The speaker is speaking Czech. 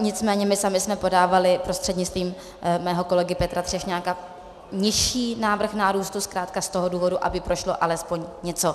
Nicméně my sami jsme podávali prostřednictvím mého kolegy Petra Třešňáka nižší návrh nárůstu zkrátka z toho důvodu, aby prošlo alespoň něco.